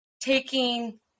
taking